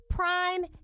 prime